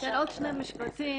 עוד שני משפטים.